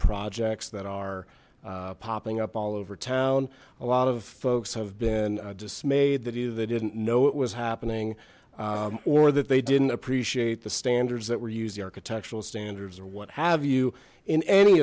projects that are popping up all over town a lot of folks have been dismayed that either they didn't know it was happening or that they didn't appreciate the standards that were used the architectural standards or what have you in any